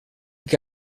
que